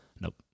Nope